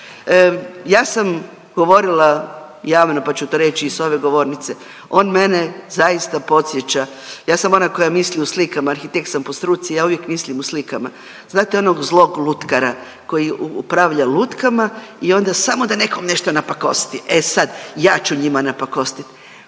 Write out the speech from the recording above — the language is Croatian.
Ja sam govorila javno pa ću to reći i sa ove govornice on mene zaista podsjeća, ja sam ona koja misli u slikama. Arhitekt sam po struci, ja uvijek mislim u slikama. Znate onog zlog lutkara koji upravlja lutkama i onda samo da nekom nešto napakosti. E sad, ja ću njima napakostiti.